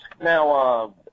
Now